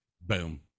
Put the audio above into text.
boom